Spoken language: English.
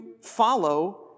follow